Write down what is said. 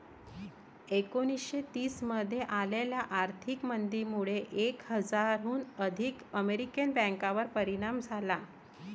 एकोणीसशे तीस मध्ये आलेल्या आर्थिक मंदीमुळे एक हजाराहून अधिक अमेरिकन बँकांवर परिणाम झाला